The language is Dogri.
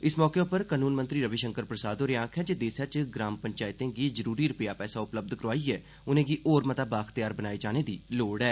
इस मौके उप र कानून मंत्री रवि शंकर प्रसाद होरें आखेआ जे देस च ग्राम चप्रें गी जरूरी रप्रेआ ख्रा उ लध करोआइय उनें'गी होर बाअख्तियार बनाए जाने दी लोड़ ऐ